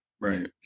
Right